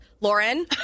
Lauren